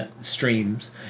streams